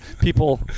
People